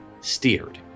steered